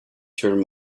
turn